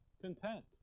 content